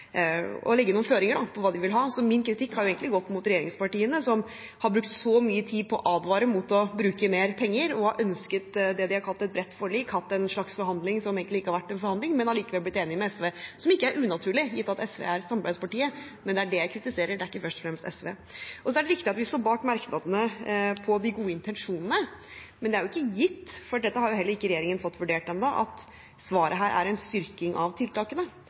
legge noen føringer på hva de vil ha. Min kritikk har egentlig gått mot regjeringspartiene, som har brukt så mye tid på å advare mot å bruke mer penger og har ønsket det de har kalt et bredt forlik, hatt en slags forhandling som egentlig ikke har vært noen forhandling, men likevel blitt enig med SV – som ikke er unaturlig gitt at SV er samarbeidspartiet. Det er det jeg kritiserer; det er ikke først og fremst SV. Det er riktig at vi står bak merknadene på de gode intensjonene, men det er ikke gitt – for dette har heller ikke regjeringen fått vurdert ennå – at svaret er en styrking av tiltakene.